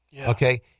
okay